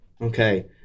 Okay